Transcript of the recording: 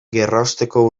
gerraosteko